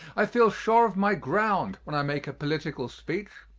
i feel sure of my ground when i make a political speech,